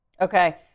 Okay